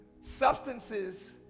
substances